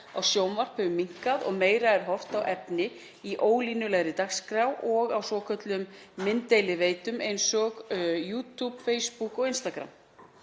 á sjónvarp hefur minnkað og meira er horft á efni í ólínulegri dagskrá og á svokölluðum mynddeiliveitum eins og YouTube, Facebook og Instagram.